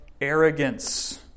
arrogance